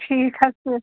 ٹھیٖک حظ چھِ